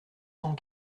cent